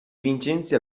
vincenzi